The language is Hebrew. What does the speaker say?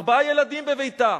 ארבעה ילדים בביתה.